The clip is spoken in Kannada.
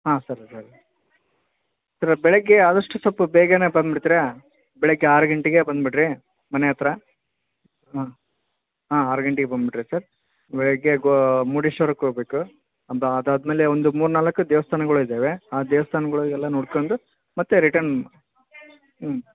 ಹಾಂ ಸರ್ ಸರಿ ಸರ್ ಅದು ಬೆಳಿಗ್ಗೆ ಆದಷ್ಟು ಸ್ವಲ್ಪ ಬೇಗ ಬಂದುಬಿಡ್ತೀರಾ ಬೆಳಿಗ್ಗೆ ಆರು ಗಂಟೆಗೆ ಬಂದ್ಬಿಡ್ರಿ ಮನೆ ಹತ್ತಿರ ಹಾಂ ಹಾಂ ಆರು ಗಂಟೆಗೆ ಬಂದ್ಬಿಡ್ರಿ ಸರ್ ಬೆಳಿಗ್ಗೆ ಗೋ ಮುರ್ಡೇಶ್ವರಕ್ಕೆ ಹೋಗ್ಬೇಕು ಒಂದು ಅದಾದ ಮೇಲೆ ಒಂದು ಮೂರು ನಾಲ್ಕು ದೇವ್ಸ್ಥಾನ್ಗಳು ಇದ್ದಾವೆ ಆ ದೇವ್ಸ್ಥಾನ್ಗಳಿಗೆಲ್ಲ ನೋಡ್ಕೊಂಡು ಮತ್ತೆ ರಿಟನ್ ಹ್ಞೂ